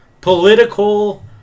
Political